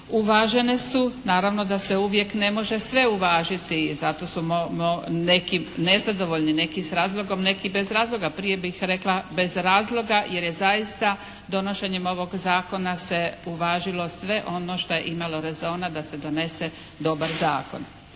uvažene su naravno da se uvijek ne može sve uvažiti i zato su neki nezadovoljni, neki s razlogom, neki bez razloga, prije bih rekla bez razloga jer je zaista donošenjem ovog zakona se uvažilo sve ono šta je imalo rezona da se donese dobar zakon.